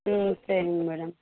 ம் சரிங்க மேடம்